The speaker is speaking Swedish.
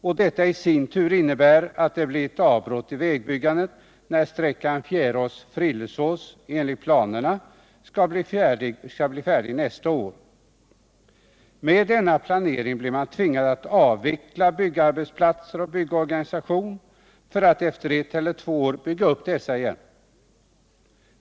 Och detta i sin tur innebär att det blir ett avbrott i vägbyggandet, när sträckan Fjärås-Frillesås enligt planerna blir färdig nästa år. Med denna planering blir man tvingad att avveckla byggarbetsplatser och byggorganisation för att efter ett eller två år bygga upp dessa igen.